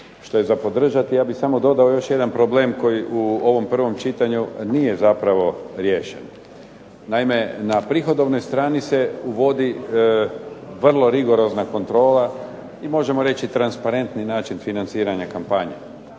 što je za podržati. Ja bih samo dodao još jedan problem koji u ovom prvom čitanju nije zapravo riješen. Naime, na prihodovnoj strani se uvodi vrlo rigorozna kontrola i možemo reći transparentni način financiranja kampanje.